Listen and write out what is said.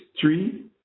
three